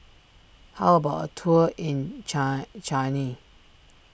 how about a tour in Chile